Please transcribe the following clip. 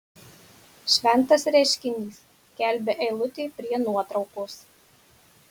šventas reiškinys skelbia eilutė prie nuotraukos